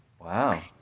Wow